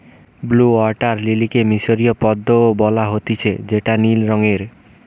blue water লিলিকে মিশরীয় পদ্ম ও বলা হতিছে যেটা নীল রঙের